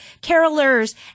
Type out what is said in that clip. carolers